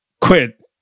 quit